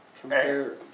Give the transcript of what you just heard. compare